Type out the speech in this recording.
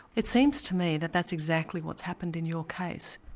it seems to me that that's exactly what's happened in your case.